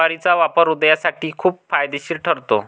ज्वारीचा वापर हृदयासाठी खूप फायदेशीर ठरतो